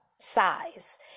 size